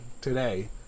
today